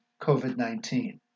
COVID-19